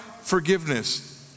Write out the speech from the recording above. forgiveness